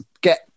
get